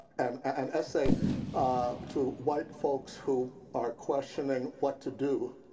and an essay to white folks who are questioning what to do,